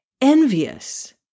envious